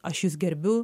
aš jus gerbiu